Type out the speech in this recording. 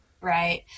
Right